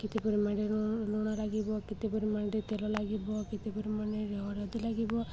କେତେ ପରିମାଣରେ ଲୁଣ ଲାଗିବ କେତେ ପରିମାଣରେ ତେଲ ଲାଗିବ କେତେ ପରିମାଣରେ ହଲଦୀ ଲାଗିବ